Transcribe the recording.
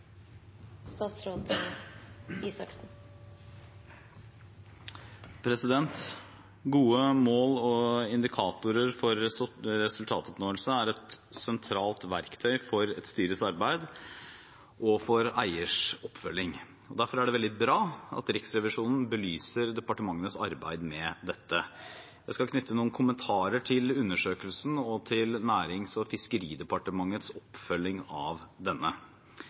sentralt verktøy for et styres arbeid og for eiers oppfølging. Derfor er det veldig bra at Riksrevisjonen belyser departementenes arbeid med dette. Jeg skal knytte noen kommentarer til undersøkelsen og til Nærings- og fiskeridepartementets oppfølging av denne.